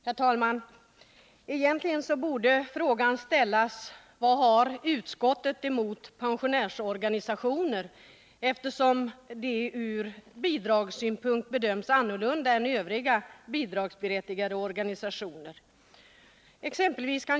Herr talman! Egentligen borde man ställa frågan: Vad har utskottet emot pensionärsorganisationerna eftersom dessa ur bidragssynpunkt bedöms annorlunda än övriga bidragsberättigade organisationer?